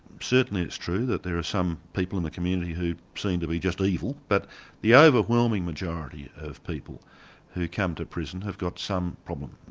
certainly it's true that there are some people in the community who seem to be just evil, but the overwhelming majority of people who come to prison have got some problem.